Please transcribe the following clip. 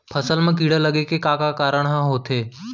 फसल म कीड़ा लगे के का का कारण ह हो सकथे?